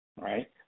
right